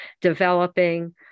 developing